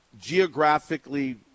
Geographically